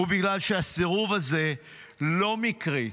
ובגלל שהסירוב הזה לא מקרי.